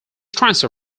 transfer